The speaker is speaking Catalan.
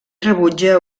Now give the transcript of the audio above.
rebutja